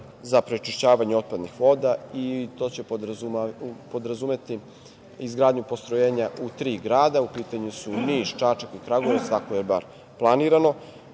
za prečišćavanje otpadnih voda. To će podrazumevati izgradnju postrojenja u tri grada, u pitanju su Niš, Čačak i Kragujevac, tako je bar planirano.